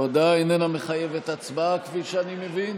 ההודעה איננה מחייבת הצבעה, כפי שאני מבין.